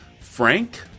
Frank